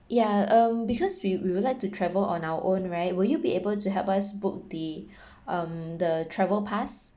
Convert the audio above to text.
ya um because we we will like to travel on our own right will you be able to help us book the um the travel pass